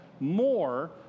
More